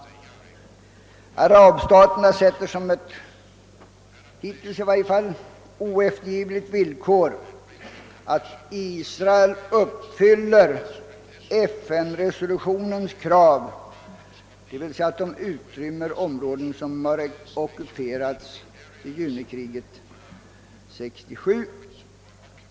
Arabstaterna uppställer som ett i varje fall hittills oeftergivligt villkor att Israel uppfyller FN-resolutionens krav om att utrymma de områden som ockuperades under junikriget 1967.